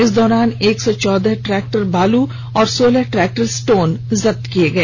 इस दौरान एक सौ चौदह ट्रैक्टर बालू और सोलह ट्रैक्टर स्टोन जब्त किए गए